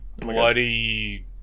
bloody